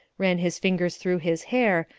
ran his fingers through his hair,